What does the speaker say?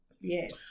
Yes